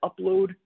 upload